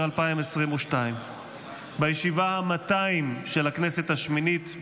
2022. בישיבה ה-200 של הכנסת השמינית,